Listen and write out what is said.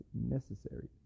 necessary